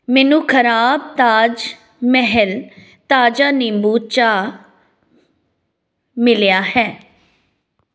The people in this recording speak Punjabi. ਮੈਨੂੰ ਖ਼ਰਾਬ ਤਾਜ ਮਹਿਲ ਤਾਜ਼ਾ ਨਿੰਬੂ ਚਾਹ ਮਿਲਿਆ ਹੈ